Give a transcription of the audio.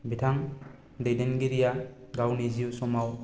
बिथां दैदेनगिरिआ गावनि जिउ समाव